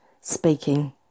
Speaking